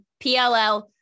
PLL